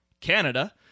Canada